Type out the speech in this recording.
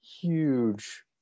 huge